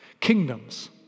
Kingdoms